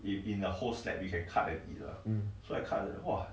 hmm